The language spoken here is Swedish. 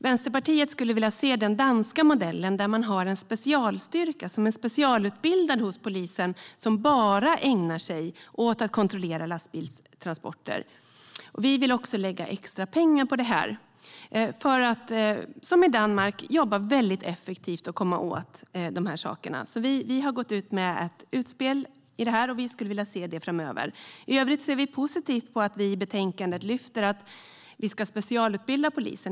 Vänsterpartiet skulle vilja se den danska modellen, där man har en specialstyrka hos polisen som är specialutbildad och bara ägnar sig åt att kontrollera lastbilstransporter. Vi vill också lägga extra pengar på detta för att, som i Danmark, jobba effektivt och komma åt dessa saker. Vi har gjort ett utspel om detta och skulle vilja se det framöver. I övrigt ser vi positivt på att det i betänkandet lyfts fram att polisen ska specialutbildas.